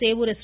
Sevur S